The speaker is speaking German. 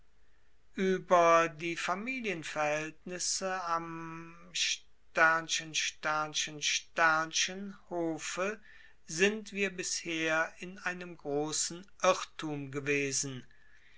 über die familienverhältnisse am hofe sind wir bisher in einem großen irrtum gewesen